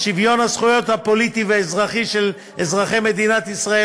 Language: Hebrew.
ושוויון הזכויות הפוליטי והאזרחי של אזרחי מדינת ישראל